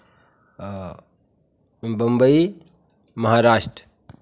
Bombay Maharashtra